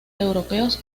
europeos